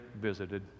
visited